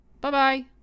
Bye-bye